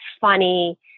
funny